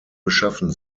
beschaffen